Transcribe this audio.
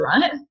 right